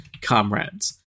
comrades